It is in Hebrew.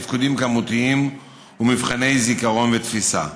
תפקודים כמותיים ומבחני זיכרון ותפיסה.